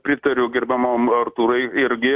pritariu gerbiamam artūrui irgi